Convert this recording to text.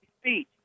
speech